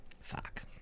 Fuck